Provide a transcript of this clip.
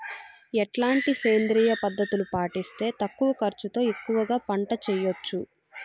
ఎట్లాంటి సేంద్రియ పద్ధతులు పాటిస్తే తక్కువ ఖర్చు తో ఎక్కువగా పంట చేయొచ్చు?